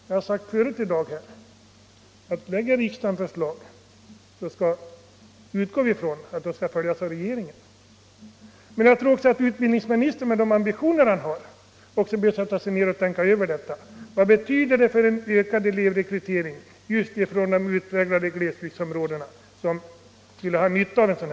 Jag har sagt förut i dag att jag utgår från att förslag som riksdagen lägger fram skall följas upp av regeringen. Utbildningsministern bör med de ambitioner han har sätta sig ner och tänka över detta. En sådan här reform är angelägen för en ökad elevrekrytering just från de utpräglade glesbygdsområdena. Det är eleverna som skulle ha nytta av den.